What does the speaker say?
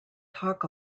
talk